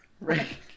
right